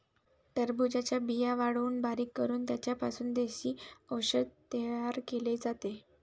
टरबूजाच्या बिया वाळवून बारीक करून त्यांचा पासून देशी औषध तयार केले जाते